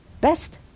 best